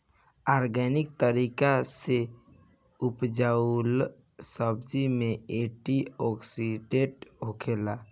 organic तरीका उगावल सब्जी में एंटी ओक्सिडेंट होखेला